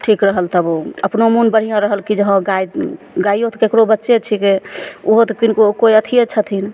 ठीक रहल तब अपनो मोन बढ़िआँ रहल कि जे हँ गाय गाइयो तऽ ककरो बच्चे छिकै ओहो तऽ किनको कोइ अथिये छथिन